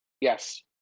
Yes